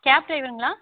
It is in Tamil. கேப் ட்ரைவருங்களா